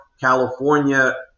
California